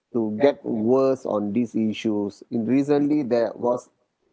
to get worse on these issues in recently there was